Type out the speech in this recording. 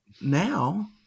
now